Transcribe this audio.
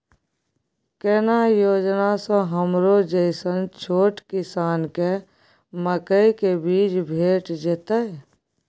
केना योजना स हमरो जैसन छोट किसान के मकई के बीज भेट जेतै?